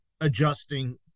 adjusting